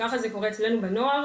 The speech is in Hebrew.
ככה זה קורה אצלנו בנוער.